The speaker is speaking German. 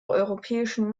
europäischen